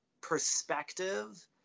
perspective